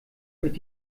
mit